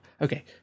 okay